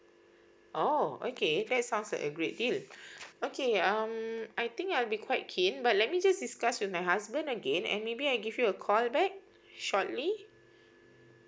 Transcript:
oh okay that sounds like a great deal okay um I think I'll be quite keen but let me just discuss with my husband again and maybe I give you a call back shortly